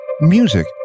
music